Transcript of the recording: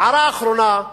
הערה אחרונה.